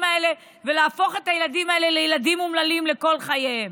האלה ולהפוך את הילדים האלה לילדים אומללים לכל חייהם.